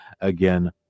again